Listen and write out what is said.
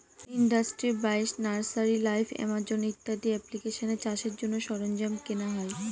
industry বাইশ, nursery live, Amazon ইত্যাদি এপ্লিকেশানে চাষের জন্য সরঞ্জাম কেনা হয়